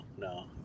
No